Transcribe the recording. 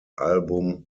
album